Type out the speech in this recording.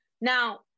Now